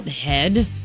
head